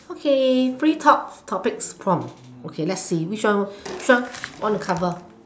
okay free talk topic form okay let's see which one which one want to cover